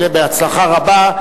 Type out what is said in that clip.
בהצלחה רבה.